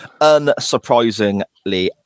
unsurprisingly